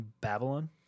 Babylon